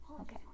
Okay